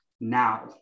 now